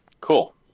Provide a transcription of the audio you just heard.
Cool